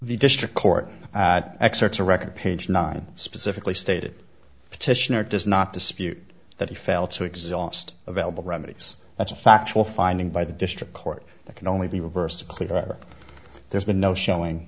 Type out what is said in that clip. district court accepts a record page nine specifically stated petitioner does not dispute that he felt so exhaust available remedies that's a factual finding by the district court that can only be reversed cleaver there's been no showing